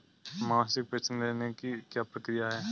मासिक पेंशन लेने की क्या प्रक्रिया है?